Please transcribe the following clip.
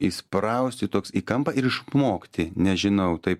įsprausti toks į kampą ir išmokti nežinau taip